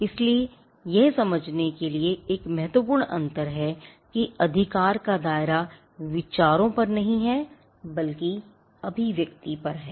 इसलिए यह समझने के लिए एक महत्वपूर्ण अंतर है कि अधिकार का दायरा विचारों पर नहीं है बल्कि अभिव्यक्ति पर है